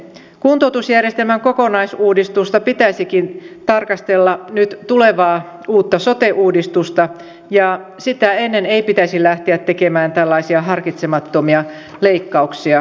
kuntoutusjärjestelmän kokonaisuudistusta pitäisikin tarkastella nyt tulevaa uutta sote uudistusta ja sitä ennen ei pitäisi lähteä tekemään tällaisia harkitsemattomia leikkauksia kuntoutukseen